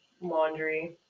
laundry